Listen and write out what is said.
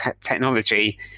technology